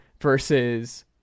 versus